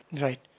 Right